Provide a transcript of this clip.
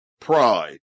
pride